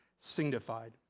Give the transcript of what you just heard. signified